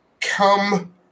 come –